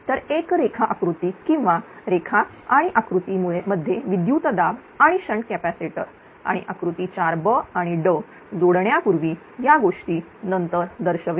तर एक रेखा आकृती किंवा रेखा आणि आकृतीमध्ये विद्युतदाब आणि शंट कॅपॅसिटर आणि आकृती 4b आणि d जोडण्या पूर्वी या गोष्टी नंतर दर्शवेल